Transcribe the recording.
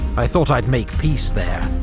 i thought i'd make peace there.